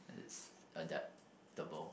and it's adaptable